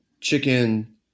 chicken